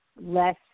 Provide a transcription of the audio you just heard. less